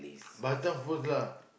Batam foods lah